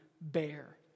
bear